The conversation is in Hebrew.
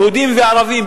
יהודים וערבים,